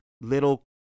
little